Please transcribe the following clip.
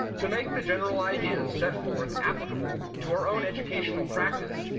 to make the general ideas set forth applicable to our own educational practice,